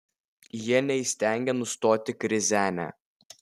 jie neįstengia nustoti krizenę